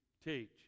teach